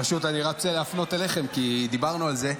פשוט, אני רוצה להפנות אליכם, כי דיברנו על זה.